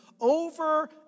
over